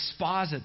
exposit